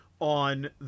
on